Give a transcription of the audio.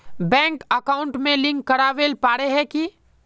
Bank account में link करावेल पारे है की?